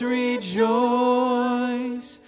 rejoice